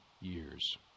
years